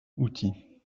outil